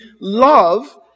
love